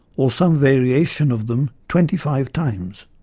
or some variation of them, twenty-five times,